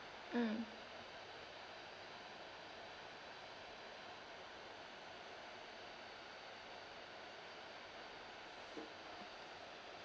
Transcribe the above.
mm